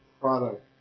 product